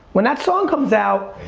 when that song comes out,